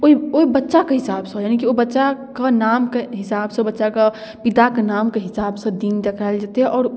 ओइ ओइ बच्चाके हिसाबसँ यानि कि ओइ बच्चाके नामके हिसाबसँ ओइ बच्चाके पिताके नामके हिसाबसँ दिन तकायल जेतै आओर